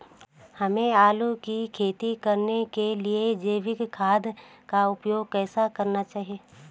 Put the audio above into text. हमें आलू की खेती करने के लिए जैविक खाद का उपयोग कैसे करना चाहिए?